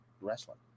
wrestling